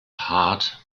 hart